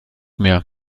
mehr